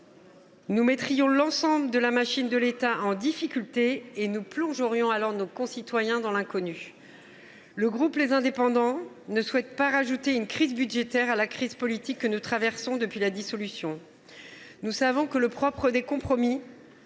Nous mettrions l’ensemble de la machine de l’État en difficulté et nous plongerions alors nos concitoyens dans l’inconnu. Le groupe Les Indépendants ne souhaite pas ajouter une crise budgétaire à la crise politique que nous traversons depuis la dissolution. Nous savons que le propre des compromis